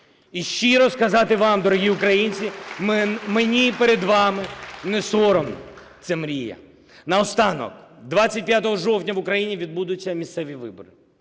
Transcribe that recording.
І щиро сказати вам: Дорогі українці, мені перед вами не соромно! Це мрія. Наостанок. 25 жовтня в Україні відбудуться місцеві вибори,